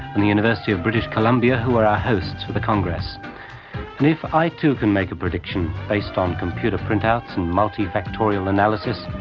and the university of british columbia, who were our hosts for the congress. and if i too can make a prediction based on computer printouts and multi-factorial analysis,